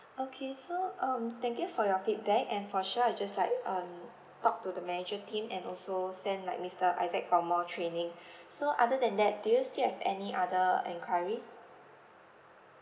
okay so um thank you for your feedback and for sure I'll just like um talk to the manager team and also send like mister isaac for more training so other than that do you still have any other enquiry